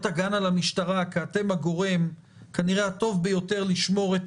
תגענה למשטרה כי אתם כנראה הגורם הטוב ביותר לשמור את